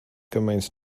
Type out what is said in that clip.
gymaint